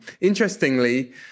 Interestingly